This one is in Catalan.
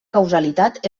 causalitat